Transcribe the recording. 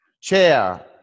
Chair